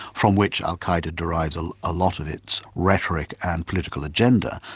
from which al-qa'eda derives a ah lot of its rhetoric and political agenda,